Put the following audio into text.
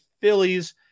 Phillies